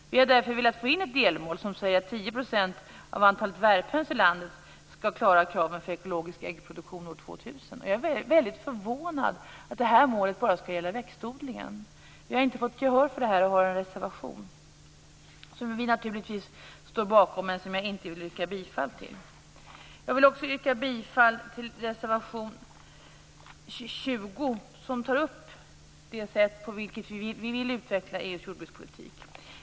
Vi har därför velat få in ett delmål som säger att 10 % av antalet värphöns i landet skall klara kraven för ekologisk äggproduktion år 2000. Jag är förvånad över att målet bara skall gälla växtodlingen. Vi har inte fått gehör för det här och har därför en reservation, som vi naturligtvis står bakom men som jag inte yrkar bifall till. Jag vill yrka bifall till reservation 20, där vi tar upp det sätt på vilket vi vill utveckla EU:s jordbrukspolitik.